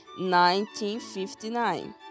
1959